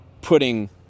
putting